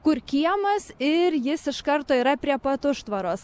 kur kiemas ir jis iš karto yra prie pat užtvaros